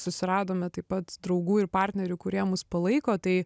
susiradome taip pat draugų ir partnerių kurie mus palaiko tai